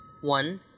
one